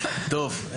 טוב.